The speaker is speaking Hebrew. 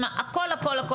עם הכל הכל,